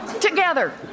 together